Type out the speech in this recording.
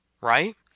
Right